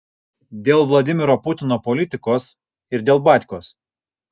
dėl vladimiro putino politikos ir dėl batkos